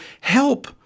help